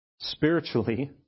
Spiritually